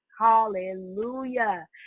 Hallelujah